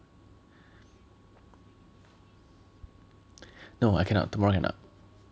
no I cannot tomorrow cannot